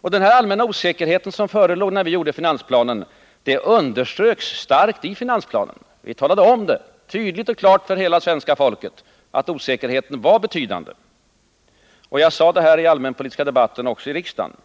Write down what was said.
Den allmänna osäkerhet som förelåg när vi gjorde finansplanen underströks starkt i finansplanen. Vi talade tydligt och klart om för svenska folket att osäkerheten var betydande. Jag gjorde det också i den allmänpolitiska debatten här i riksdagen.